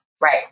Right